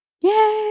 Yay